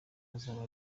azaba